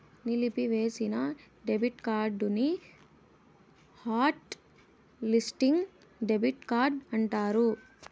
నిలిపివేసిన డెబిట్ కార్డుని hot listing debit card అంటారు